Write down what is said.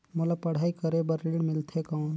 मोला पढ़ाई करे बर ऋण मिलथे कौन?